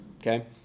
okay